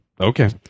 Okay